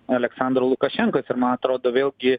aleksandro lukašenkos ir man atrodo vėlgi